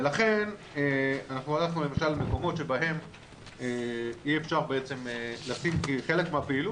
ולכן הלכנו למשל למקומות שבהם אי-אפשר לשים מסכה,